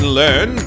learn